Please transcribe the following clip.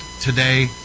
today